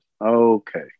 Okay